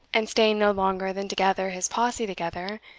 and staying no longer than to gather his posse together,